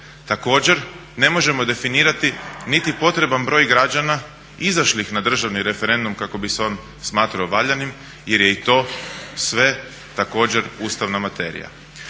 Također ne možemo definirati niti potreban broj građana izašlih na državni referendum kako bi se on smatrao valjanim jer je i to sve također ustavna materija.